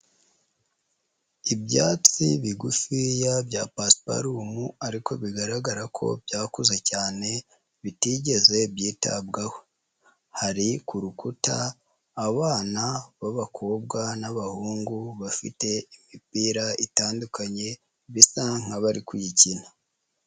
Ibyatsi bigufiya bya pasiparumu ariko bigaragara ko byakuze cyane bitigeze byitabwaho, hari ku rukuta abana b'abakobwa n'abahungu bafite imipira itandukanye bisa nk'abari kuyikina.